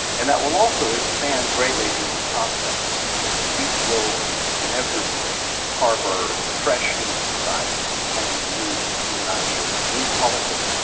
and that will also expand greatly the human prospect because these will inevitably harbour fresh human societies and new human ideas, new politics,